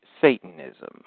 Satanism